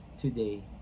today